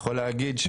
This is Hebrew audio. יכול להגיד,